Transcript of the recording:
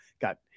got